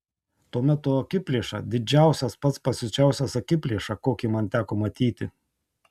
tuomet tu akiplėša didžiausias pats pasiučiausias akiplėša kokį man teko matyti